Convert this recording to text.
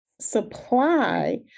supply